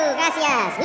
gracias